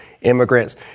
immigrants